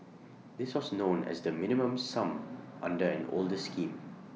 this was known as the minimum sum under an older scheme